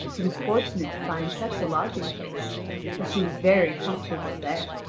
she was fortunate to find such a lodging-place for she was very comfortable there.